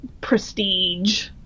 prestige